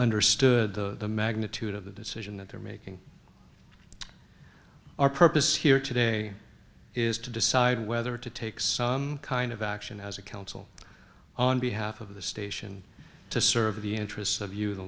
understood the magnitude of the decision that they're making our purpose here today is to decide whether to take some kind of action as a counsel on behalf of the station to serve the interests of you th